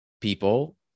people